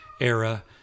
era